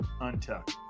untucked